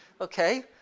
Okay